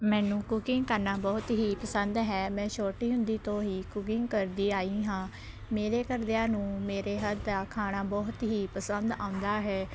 ਮੈਨੂੰ ਕੁਕਿੰਗ ਕਰਨਾ ਬਹੁਤ ਹੀ ਪਸੰਦ ਹੈ ਮੈਂ ਛੋਟੀ ਹੁੰਦੀ ਤੋਂ ਹੀ ਕੁਕਿੰਗ ਕਰਦੀ ਆਈ ਹਾਂ ਮੇਰੇ ਘਰਦਿਆਂ ਨੂੰ ਮੇਰੇ ਹੱਥ ਦਾ ਖਾਣਾ ਬਹੁਤ ਹੀ ਪਸੰਦ ਆਉਂਦਾ ਹੈ